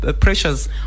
pressures